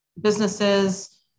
businesses